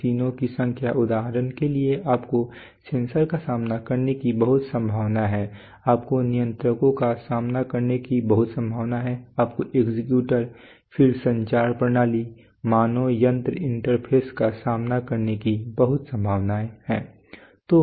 मशीनों की संख्या उदाहरण के लिए आपको सेंसर का सामना करने की बहुत संभावना है आपको नियंत्रकों का सामना करने की बहुत संभावना है आपको एक्चुएटर्स फिर संचार प्रणालियों मानव यंत्र इंटरफेस का सामना करने की बहुत संभावना है